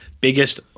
biggest